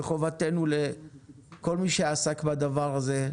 וחובתנו לכל מי שעסק בדבר הזה,